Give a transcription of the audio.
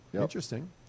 Interesting